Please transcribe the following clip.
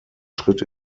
schritt